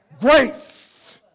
Grace